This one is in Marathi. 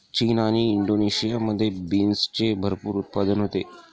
चीन आणि इंडोनेशियामध्ये बीन्सचे भरपूर उत्पादन होते